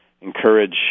encourage